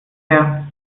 her